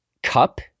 cup